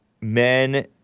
men